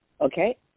okay